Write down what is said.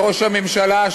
לראש הממשלה,